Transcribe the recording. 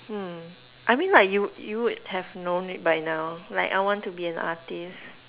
hmm I mean like you you would have known it by now like I want to be an artist